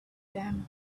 them